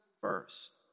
first